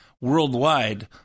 worldwide